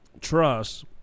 trust